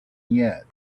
yet